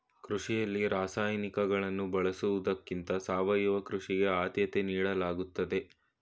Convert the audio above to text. ಕೃಷಿಯಲ್ಲಿ ರಾಸಾಯನಿಕಗಳನ್ನು ಬಳಸುವುದಕ್ಕಿಂತ ಸಾವಯವ ಕೃಷಿಗೆ ಆದ್ಯತೆ ನೀಡಲಾಗುತ್ತದೆ